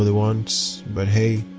ah the ones. but hey,